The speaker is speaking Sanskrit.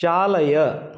चालय